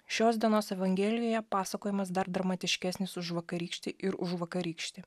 šios dienos evangelijoje pasakojimas dar dramatiškesnis už vakarykštį ir užvakarykštį